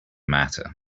matter